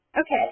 Okay